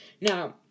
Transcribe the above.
now